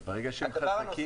אבל ברגע שהם חזקים.